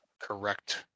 correct